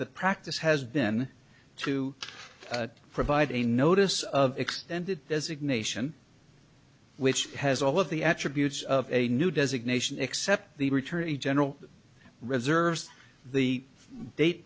e practice has been to provide a notice of extended designation which has all of the attributes of a new designation except the return the general reserves the date